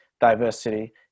diversity